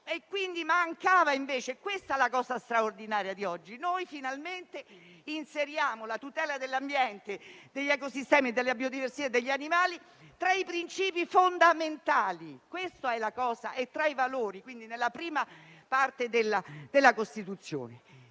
quindi mancava. Questa è la cosa straordinaria di oggi: noi finalmente inseriamo la tutela dell'ambiente, degli ecosistemi, della biodiversità e degli animali tra i principi fondamentali e tra i valori, quindi nella prima parte della Costituzione.